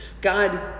God